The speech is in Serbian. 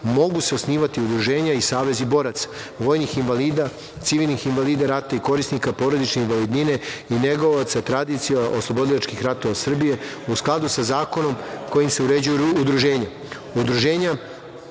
mogu se osnivati udruženja i savezi boraca, vojnih invalida, civilnih invalida rata i korisnika porodične invalidnine i negovaoca tradicija oslobodilačkih ratova Srbije u skladu sa zakonom kojim se uređuju udruženja. Udruženja